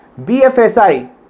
BFSI